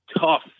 tough